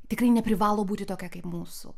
tikrai neprivalo būti tokia kaip mūsų